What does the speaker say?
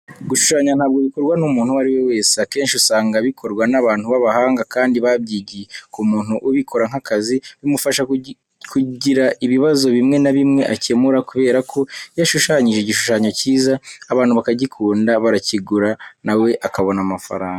Gushushanya ntabwo bikorwa n'umuntu uwo ari we wese. Akenshi usanga bikorwa n'abantu b'abahanga kandi babyigiye. Ku muntu ubikora nk'akazi bimufasha kugira ibibazo bimwe na bimwe akemura, kubera ko iyo ashushanyije igishushanyo cyiza abantu bakagikunda, barakigura na we akabona amafaranga.